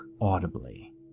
audibly